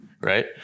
Right